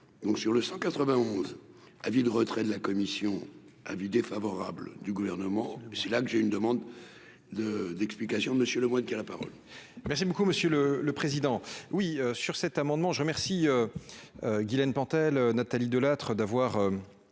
donc sur le 191 à retrait de la commission avis défavorable du gouvernement, c'est là que j'ai une demande de d'explication de Monsieur Lemoine, qui a la parole.